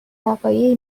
وقایعی